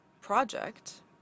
project